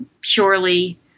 purely –